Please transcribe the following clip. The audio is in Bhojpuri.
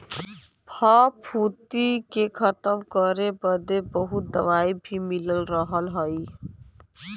फफूंदी के खतम करे बदे बहुत दवाई भी मिल रहल हई